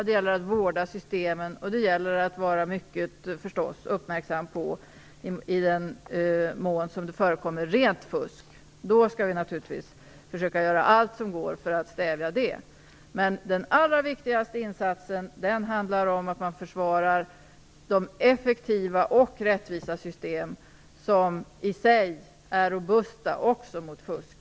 Det gäller att vårda systemen. Det gäller förstås också att vara mycket uppmärksam på rent fusk i den mån detta förekommer. Då skall vi naturligtvis försöka göra allt vi kan för att stävja det. Men den allra viktigaste insatsen handlar om att försvara de effektiva och rättvisa system som i sig är robusta också mot fusk.